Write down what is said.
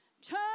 Turn